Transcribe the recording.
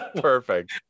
Perfect